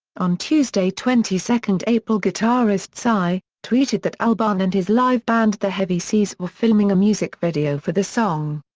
on tuesday twenty two april guitarist seye, tweeted that albarn and his live band the heavy seas were filming a music video for the song.